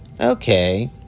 okay